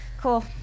cool